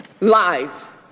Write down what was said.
lives